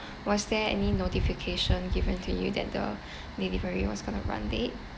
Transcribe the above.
was there any notification given to you that the delivery was going to run late